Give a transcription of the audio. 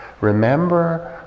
remember